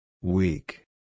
Weak